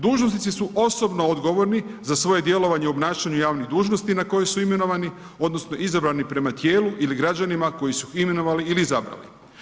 Dužnosnici su osobno odgovorni za svoje djelovanje u obnašanju javnih dužnosti na koje su imenovani odnosno izabrani prema tijelu ili građanima koji su ih imenovali ili izabrali.